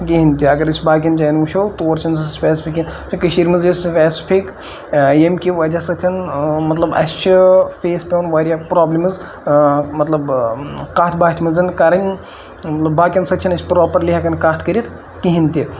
کِہیٖنۍ تہِ اگر أسۍ باقٕیَن جایَن وٕچھو تور چھَںہٕ سۄ سُپیسفِک کینٛہہ تہٕ کٔشیٖرِ منٛز یوت سُپیسفِک ییٚمکہِ وجہہ سۭتۍ مطلب اَسہِ چھُ فیس پیٚوان واریاہ پرٛابلِمٕز مطلب کَتھ باتھِ منٛز کَرٕنۍ مطلب باقٕیَن سۭتۍ چھِنہٕ أسۍ پرٛاپَرلی ہیٚکان کَتھ کٔرِتھ کِہیٖنۍ تہِ